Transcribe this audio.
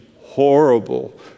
horrible